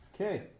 Okay